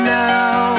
now